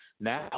Now